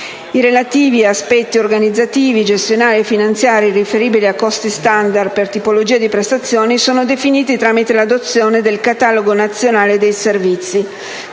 I relativi aspetti organizzativi, gestionali e finanziari, riferibili a costi *standard* per tipologia di prestazione, sono definiti tramite l'adozione del catalogo nazionale dei servizi: